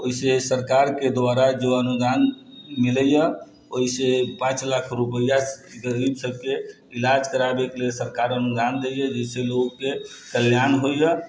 ओइसे सरकारके द्वारा जे अनुदान मिलैय ओइसे पाँच लाख रुपआ गरीब सभके इलाज कराबैके लिए सरकार अनुदान दै यऽ जाहिसँ लोगके कल्याण होइए